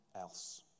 else